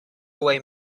away